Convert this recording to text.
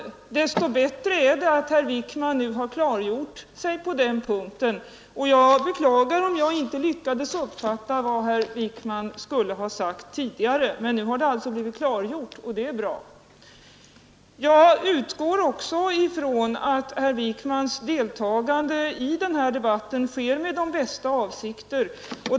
Så mycket bättre är det att herr Wijkman nu har gjort ett klarläggande på denna punkt, och jag beklagar om jag inte lyckades uppfatta vad herr Wijkman skulle ha sagt tidigare. Nu har det alltså blivit klargjort, och det är bra. Jag utgår också ifrån att herr Wijkmans deltagande i den här debatten sker med de bästa avsikter.